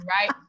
right